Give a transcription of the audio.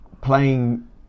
playing